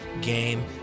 game